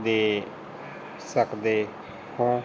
ਦੇ ਸਕਦੇ ਹੋ